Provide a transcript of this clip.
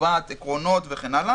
קובעת עקרונות וכן הלאה.